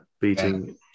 beating